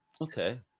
Okay